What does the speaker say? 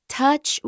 touch